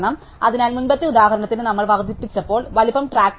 അതിനാൽ മുമ്പത്തെ ഉദാഹരണത്തിൽ നമ്മൾ വർദ്ധിച്ചപ്പോൾ വലുപ്പം ട്രാക്ക് ചെയ്യാം